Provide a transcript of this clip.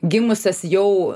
gimusias jau